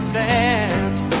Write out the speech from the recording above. dance